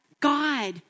God